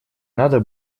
надо